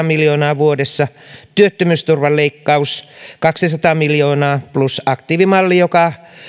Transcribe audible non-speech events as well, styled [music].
[unintelligible] miljoonaa vuodessa työttömyysturvan leikkaus kaksisataa miljoonaa plus aktiivimalli joka